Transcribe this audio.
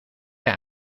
aan